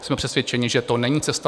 Jsme přesvědčeni, že to není cesta.